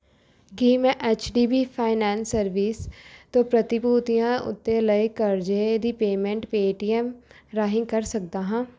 ਕੀ ਮੈਂ H D B finance service ਤੋਂ ਪ੍ਰਤੀਭੂਤੀਆਂ ਉੱਤੇ ਲਏ ਕਰਜ਼ੇ ਦੀ ਪੇਮੈਂਟ ਪੇਟੀਐੱਮ ਰਾਹੀਂ ਕਰ ਸਕਦਾ ਹਾਂ